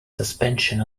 suspension